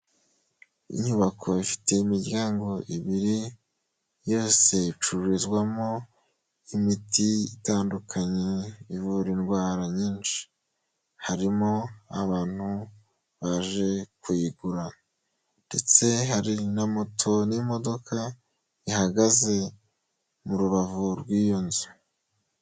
Inyubako ifite imiryango ibiri yose icururizwamo imiti itandukanye ivura indwara nyinshi harimo abantu baje kuyigura ndetse hari na moto n'imodoka ihagaze mu rubavu rw'iyo nzu.